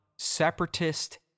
Separatist